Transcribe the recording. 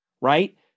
right